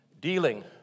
dealing